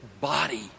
body